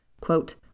quote